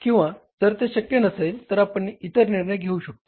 किंवा जर ते शक्य नसेल तर आपण इतर निर्णय घेऊ शकतो